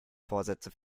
vorsätze